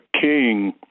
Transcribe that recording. King